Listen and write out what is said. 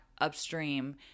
upstream